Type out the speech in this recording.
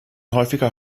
häufiger